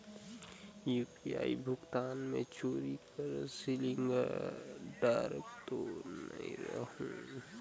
UPI भुगतान मे चोरी कर सिलिंडर तो नइ रहु?